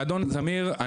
אדון זמיר,